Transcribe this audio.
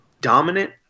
dominant